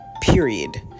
Period